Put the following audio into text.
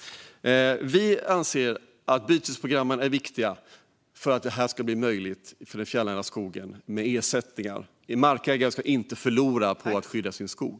Vi anser att bytesprogrammen är viktiga för att det ska bli möjligt med ersättningar när det gäller den fjällnära skogen. Markägare ska inte förlora på att skydda sin skog.